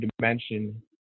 dimension